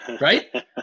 right